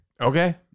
Okay